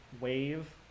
wave